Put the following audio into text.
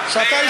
שאתה,